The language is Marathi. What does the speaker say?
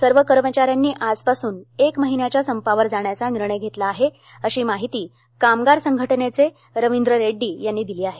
सर्व कर्मचाऱ्यांनी आजपासून एक महिन्याच्या संपावर जाण्याचा निर्णय घेतला आहे अशी माहिती कामगार संघटनेचे रवींद्र रेड्डी यांनी दिली आहे